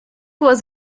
was